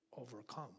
overcome